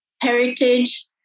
heritage